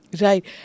Right